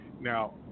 Now